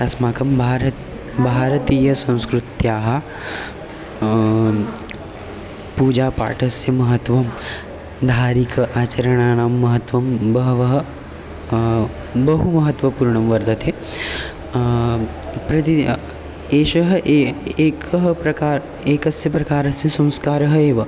अस्माकं भारतं भारतीयसंस्कृत्याः पूजापाठस्य महत्त्वं धार्मिक आचरणानां महत्त्वं बहवः बहु महत्त्वपूर्णं वर्तते प्रतिदिनं अ एषः ए एकः प्रकारः एकस्य प्रकारस्य संस्कारः एव